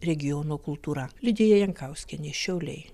regiono kultūra lidija jankauskienė šiauliai